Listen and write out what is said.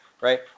right